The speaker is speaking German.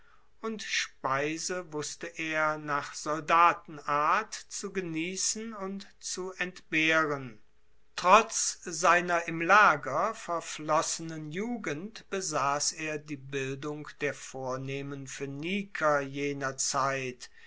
und speise wusste er nach soldatenart zu geniessen und zu entbehren trotz seiner im lager verflossenen jugend besass er die bildung der vornehmen phoeniker jener zeit